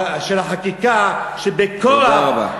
של החקיקה, שבכוח, תודה רבה.